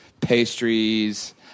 pastries